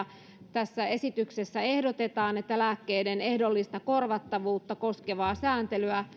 tässä esityksessä ehdotetaan että lääkkeiden ehdollista korvattavuutta koskevaa sääntelyä